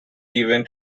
given